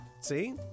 see